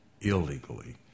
illegally